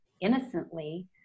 innocently